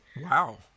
Wow